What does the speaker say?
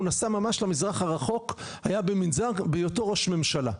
נסע ממש למזרח הרחוק היה במנזר בהיותו ראש ממשלה.